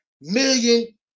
million